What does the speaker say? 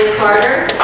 and partner